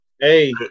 Hey